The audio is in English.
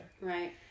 Right